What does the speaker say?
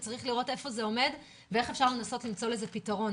וצריך לראות איפה זה עומד ואיך אפשר לנסות למצוא לזה פתרון.